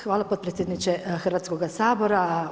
Hvala potpredsjedniče Hrvatskoga sabora.